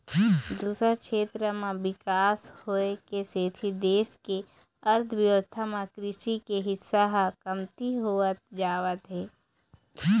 दूसर छेत्र म बिकास होए के सेती देश के अर्थबेवस्था म कृषि के हिस्सा ह कमती होवत जावत हे